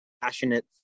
passionate